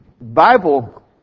bible